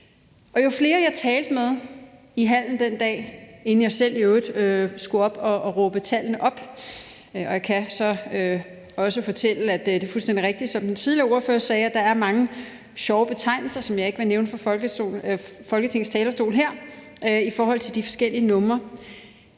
og det syntes jeg var helt specielt. Jeg skulle i øvrigt også selv op og råbe tallene op, og jeg kan så også fortælle, at det er fuldstændig rigtigt, som den tidligere ordfører også sagde, altså at der er mange sjove betegnelser, som jeg ikke vil nævne her fra Folketingets talerstol, i forhold til de forskellige numre,